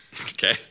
okay